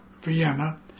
Vienna